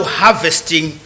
harvesting